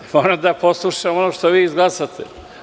Moram da poslušam ono što izglasate.